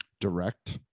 direct